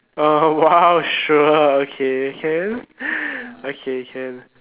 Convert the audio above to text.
oh !wow! sure okay can okay can